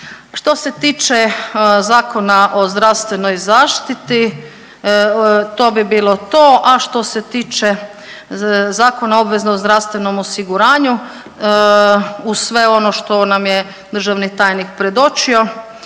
Što se tiče Zakona o zdravstvenoj zaštiti to bi bilo to, a što se tiče Zakona o obveznom zdravstvenom osiguranju uz sve ono što nam je državni tajnik predočio